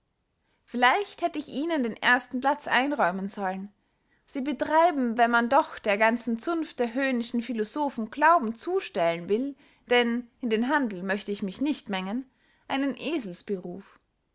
vielleicht hätte ich ihnen den ersten platz einräumen sollen sie betreiben wenn man doch der ganzen zunft der höhnischen philosophen glauben zustellen will denn in den handel möcht ich mich nicht mengen einen